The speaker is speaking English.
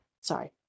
sorry